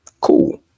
Cool